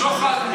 שוחד,